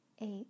eight